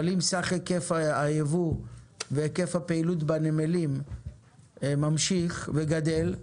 אבל אם סך היקף הייבוא והיקף הפעילות בנמלים ממשיך וגדל,